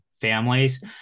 families